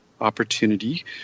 opportunity